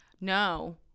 No